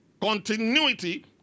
Continuity